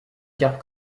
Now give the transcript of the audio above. carpe